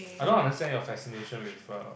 I don't understand your fascination with err